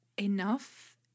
enough